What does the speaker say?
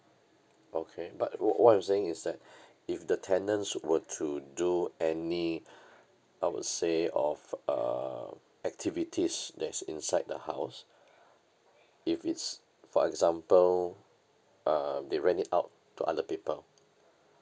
okay but wh~ what I'm saying is that if the tenants were to do any I would say of uh activities that's inside the house if it's for example uh they rent it out to other people